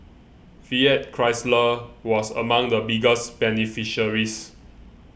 Fiat Chrysler was among the biggest beneficiaries